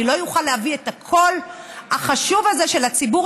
אני לא אוכל להביא את הקול החשוב הזה של הציבור,